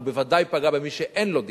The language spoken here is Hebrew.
והוא בוודאי פגע במי שאין לו דירה.